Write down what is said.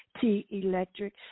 T-Electric